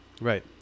Right